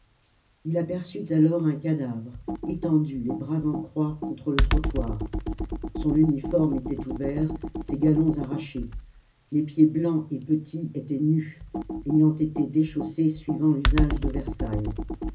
il aperçut alors un cadavre étendu les bras en croix contre le trottoir son uniforme était ouvert ses galons arrachés les pieds blancs et petits étaient nus ayant été déchaussés suivant l'usage de versailles